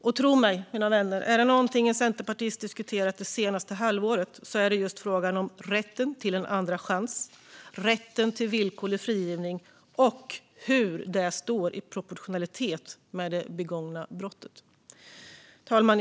Och tro mig, mina vänner: Om det är något en centerpartist har diskuterat det senaste halvåret är det just frågan om rätten till en andra chans och rätten till villkorlig frigivning och hur det står i proportion till det begångna brottet. Fru talman!